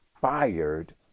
fired